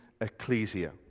ecclesia